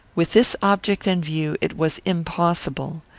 with this object in view, it was impossible.